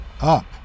up